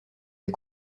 les